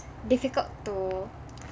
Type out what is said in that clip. difficult to